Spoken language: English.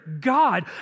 God